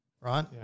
right